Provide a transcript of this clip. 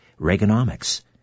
Reaganomics